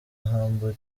humble